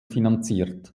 finanziert